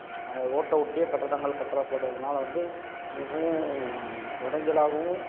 அந்த ரோட்ட ஒட்டியே கட்டிடங்கள் கட்டப்படுவதனால வந்து மிகவும் இடைஞ்சலாகவும்